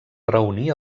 reunir